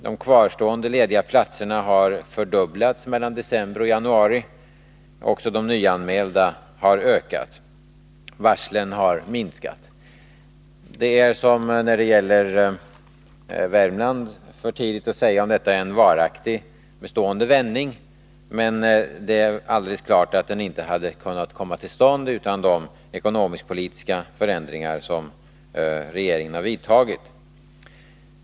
De kvarstående lediga platserna har fördubblats mellan december och januari. Även de nyanmälda har ökat. Varslen har minskat. Det är, så som fallet är när det gäller Värmland, för tidigt att säga om detta är en varaktig och bestående vändning. Men det är alldeles klart att den inte hade kunnat komma till stånd utan de ekonomiskpolitiska förändringar som regeringen har vidtagit.